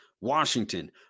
Washington